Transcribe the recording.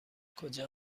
کجا